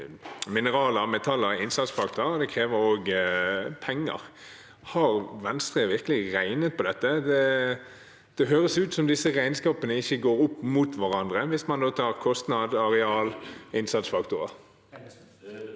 mineraler, metaller, innsatsfaktorer, og det krever også penger. Har Venstre virkelig regnet på dette? Det høres ut som disse regnskapene ikke går opp mot hverandre hvis man tar med kostnad, areal og innsatsfaktorer.